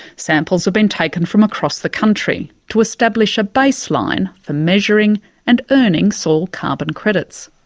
samples have been taken from across the country to establish a baseline for measuring and earning soil carbon credits.